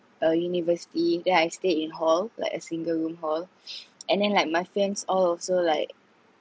uh university then I stayed in hall like a single room hall and then like my friends all also like